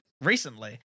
recently